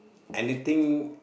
anything